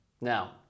Now